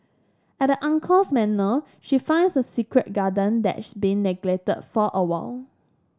at the uncle's manor she finds a secret garden that's been neglected for a while